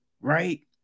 right